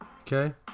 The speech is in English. Okay